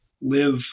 live